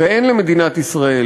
ואין למדינת ישראל